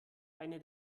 eine